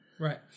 Right